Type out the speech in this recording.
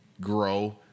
grow